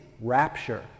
rapture